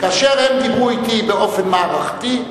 כאשר הם דיברו אתי באופן מערכתי,